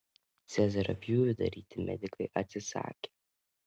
cezario pjūvį daryti medikai atsisakė